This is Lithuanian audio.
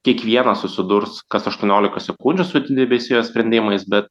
kiekvienas susidurs kas aštuoniolika sekundžių su debesijos sprendimais bet